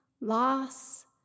loss